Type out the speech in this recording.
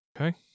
Okay